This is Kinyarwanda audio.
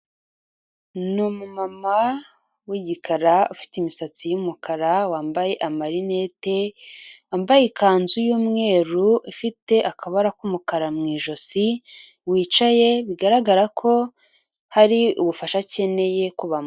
Ni umumama w'igikara, ufite imisatsi y'umukara, wambaye amarinete, wambaye ikanzu y'umweru ifite akabara k'umukara mu ijosi, wicaye bigaragara ko hari ubufasha akeneye ku bamama.